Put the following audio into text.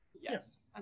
Yes